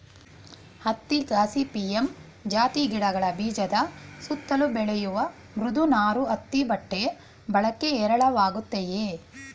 ಹತ್ತಿ ಗಾಸಿಪಿಯಮ್ ಜಾತಿ ಗಿಡಗಳ ಬೀಜದ ಸುತ್ತಲು ಬೆಳೆಯುವ ಮೃದು ನಾರು ಹತ್ತಿ ಬಟ್ಟೆ ಬಳಕೆ ಹೇರಳವಾಗಯ್ತೆ